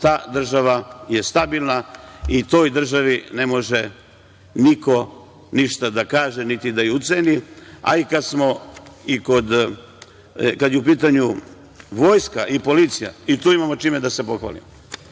ta država je stabilna i toj državi ne može niko ništa da kaže, niti da je uceni. Kada su u pitanju vojska i policija i tu imamo čime da se pohvalimo